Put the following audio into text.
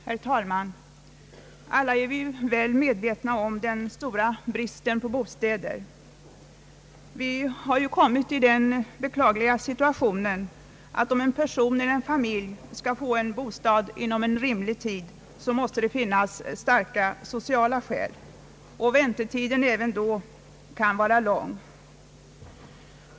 Herr talman! Alla är vi väl medvetna om den stora bristen på bostäder. Vi har ju kommit i den betänkliga situationen, att om en person eller en familj skall få en bostad inom rimlig tid, måste det finnas starka sociala skäl, och väntetiden kan även då vara lång.